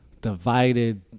divided